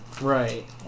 Right